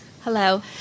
Hello